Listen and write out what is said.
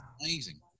amazing